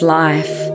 life